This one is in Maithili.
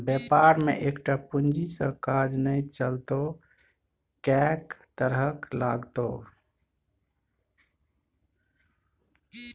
बेपार मे एकटा पूंजी सँ काज नै चलतौ कैक तरहक लागतौ